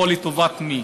או לטובת מי.